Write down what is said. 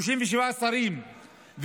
37 שרים,